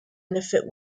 benefit